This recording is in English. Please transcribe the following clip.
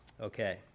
Okay